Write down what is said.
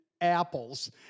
apples